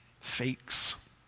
fakes